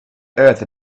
earth